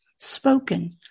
spoken